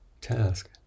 task